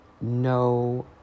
no